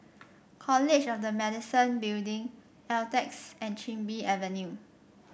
College of the Medicine Building Altez and Chin Bee Avenue